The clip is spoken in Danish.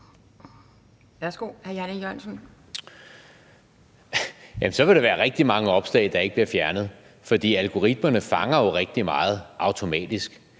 så kunne der være rigtig mange opslag, der ikke blev fjernet, for algoritmerne fanger jo rigtig meget automatisk.